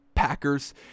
Packers